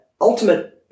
ultimate